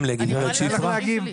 אני אתן לך להגיב.